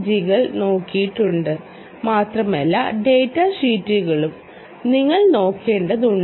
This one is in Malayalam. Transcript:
ജികൾ നോക്കിയിട്ടുണ്ട് മാത്രമല്ല ഡാറ്റ ഷീറ്റുകളും നിങ്ങൾ നോക്കേണ്ടതുണ്ട്